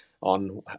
on